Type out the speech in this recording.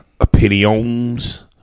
opinions